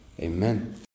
Amen